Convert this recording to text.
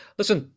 listen